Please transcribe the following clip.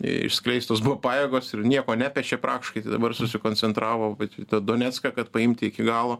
išskleistos buvo pajėgos ir nieko nepešė praktiškai tai dabar susikoncentravo vat į tą donecką kad paimti iki galo